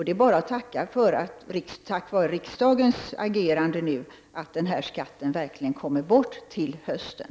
Det är bara tack vare riksdagens agerande nu som den här skatten verkligen kommer bort till hösten.